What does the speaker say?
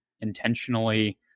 intentionally